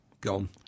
gone